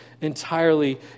entirely